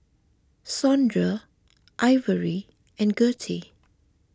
Saundra Ivory and Gertie